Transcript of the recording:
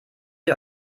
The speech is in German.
ihr